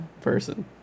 person